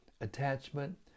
Attachment